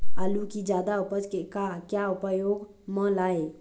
आलू कि जादा उपज के का क्या उपयोग म लाए?